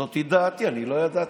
זאת דעתי, אני לא ידעתי.